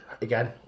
again